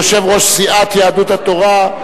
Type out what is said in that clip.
יושב-ראש סיעת יהדות התורה,